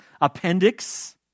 appendix